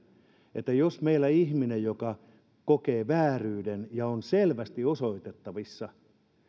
että jos meillä ihminen joka kokee vääryyden on selvästi osoitettavissa